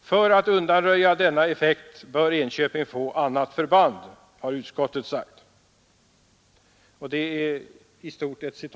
För att undanröja denna effekt bör Enköping få annat förband, säger utskottet. Propositionen uttrycker sig